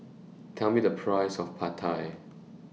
Tell Me The Price of Pad Thai